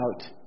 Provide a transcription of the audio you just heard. out